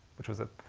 which was a